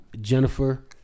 Jennifer